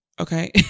Okay